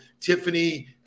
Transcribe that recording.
Tiffany